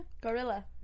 Gorilla